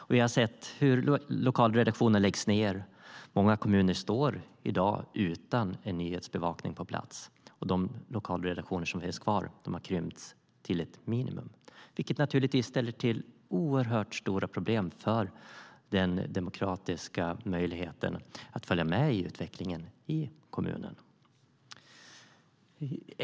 Det har lagts ned lokalredaktioner, och många kommuner står i dag utan nyhetsbevakning på plats. De lokalredaktioner som finns kvar har krympt till ett minimum, vilket naturligtvis ställer till oerhört stora problem för den demokratiska möjligheten att följa med i utvecklingen i kommunen.